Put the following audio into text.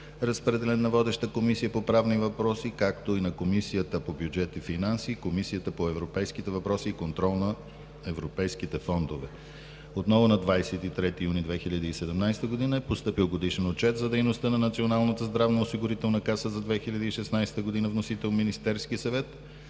Разпределен е на водещата Комисия по правни въпроси, както и на Комисията по бюджет и финанси, и на Комисията по европейските въпроси и контрол на европейските фондове. Отново на 23 юни 2017 г. е постъпил Годишен отчет за дейността на Националната здравноосигурителна каса за 2016 г. Вносител е Министерският съвет.